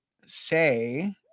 say